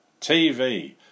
TV